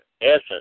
essence